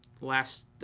last